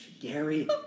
Gary